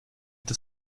das